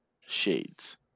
Shades